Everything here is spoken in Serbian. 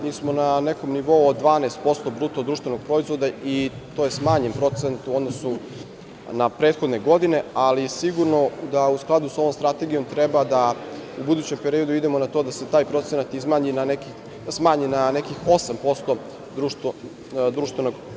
Mi smo na nekom nivou od 12% bruto društvenog proizvoda i to je smanjen procenat u odnosu na prethodne godine, ali sigurno da u skladu sa ovom strategijom treba da u budućem periodu idemo na to da se taj procenat smanji na nekih 8% BDP.